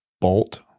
bolt